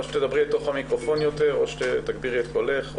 או שתדברי לתוך המיקרופון יותר או שתגבירי את קולך,